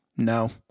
No